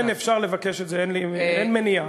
אפשר לבקש את זה, אין מניעה.